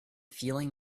feeling